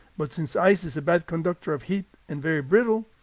but since ice is a bad conductor of heat and very brittle,